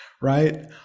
Right